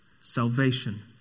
salvation